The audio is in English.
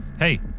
Hey